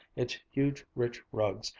its huge rich rugs,